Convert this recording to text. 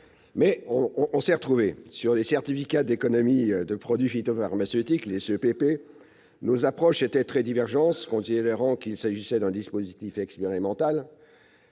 sur l'encouragement ! Sur les certificats d'économie de produits phytopharmaceutiques, les CEPP, nos approches étaient très divergentes. Le Sénat, considérant qu'il s'agit d'un dispositif expérimental,